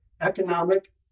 economic